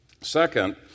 Second